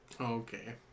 Okay